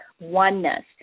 oneness